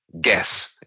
guess